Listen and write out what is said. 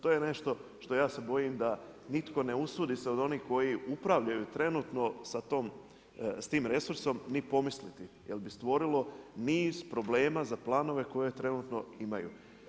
To je nešto što ja se bojim da nitko ne usudi se od onih koji upravljaju trenutno s tim resursom ni pomisliti jer bi stvorilo niz problema za planove koje trenutno imaju.